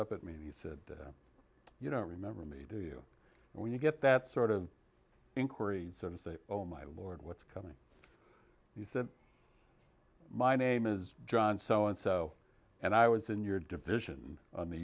up at me and he said you know remember me do you when you get that sort of inquiry sort of say oh my lord what's coming you said my name is john so and so and i was in your division on the